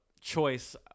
choice